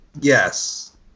Yes